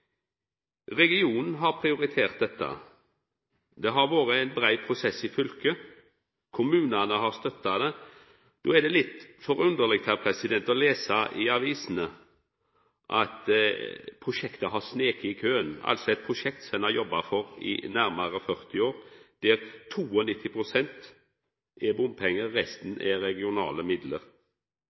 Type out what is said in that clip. Regionen har prioritert dette. Det har vore ein brei prosess i fylket, og kommunane har støtta det. Då er det litt forunderleg å lesa i avisene at prosjektet har snike i køen – eit prosjekt som ein har jobba for i nærare 40 år, der 92 pst. er bompengefinansiering og resten er regionale midlar.